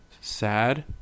sad